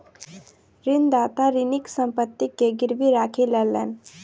ऋणदाता ऋणीक संपत्ति के गीरवी राखी लेलैन